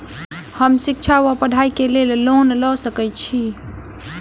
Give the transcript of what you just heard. हम शिक्षा वा पढ़ाई केँ लेल लोन लऽ सकै छी?